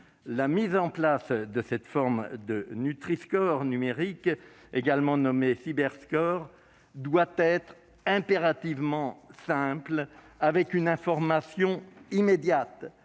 La mise en place de cette forme de Nutriscore numérique, également appelée Cyberscore, doit impérativement être simple, avec une information immédiate.